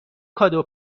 کادو